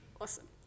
Awesome